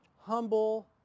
humble